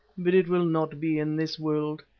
but it will not be in this world.